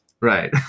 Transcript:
Right